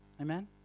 Amen